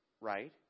right